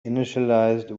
initialized